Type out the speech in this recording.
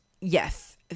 yes